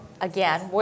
again